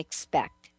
Expect